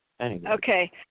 Okay